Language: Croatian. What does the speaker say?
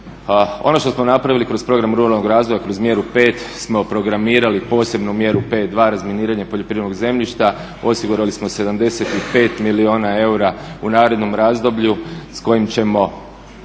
Ono što smo napravili kroz program Ruralnog razvoja kroz Mjeru 5 smo programirali posebnu Mjeru 5.2 Razminiranje poljoprivrednog zemljišta osigurali smo 75 milijuna eura u narednom razdoblju s kojim ćemo